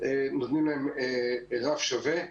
מקבלים רף שווה.